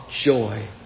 joy